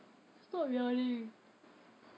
stop yawning